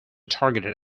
targeted